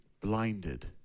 blinded